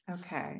Okay